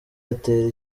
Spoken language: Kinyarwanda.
atera